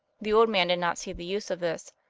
the old man did not see the use of this,